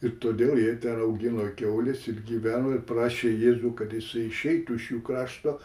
ir todėl jie ten augino kiaules ir gyveno ir prašė jėzų kad jisai išeitų iš jų krašto